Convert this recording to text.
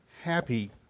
happy